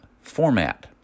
format